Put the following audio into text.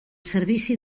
servici